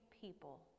people